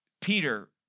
Peter